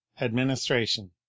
Administration